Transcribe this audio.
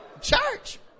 church